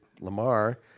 Lamar